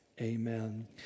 amen